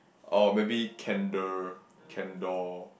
or maybe Kendall Kendoll